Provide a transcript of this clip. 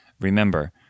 remember